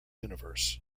universe